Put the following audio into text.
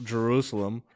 Jerusalem